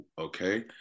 okay